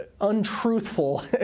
untruthful